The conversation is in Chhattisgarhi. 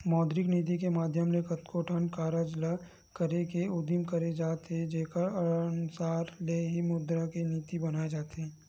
मौद्रिक नीति के माधियम ले कतको ठन कारज ल करे के उदिम करे जाथे जेखर अनसार ले ही मुद्रा के नीति बनाए जाथे